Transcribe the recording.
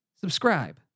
Subscribe